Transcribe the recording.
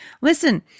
Listen